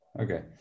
Okay